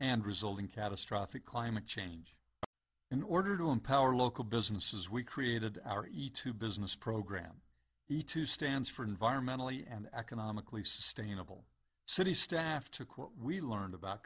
and result in catastrophic climate change in order to empower local businesses we created our eat to business program eat is stands for environmentally and economically sustainable city staff to quote we learned about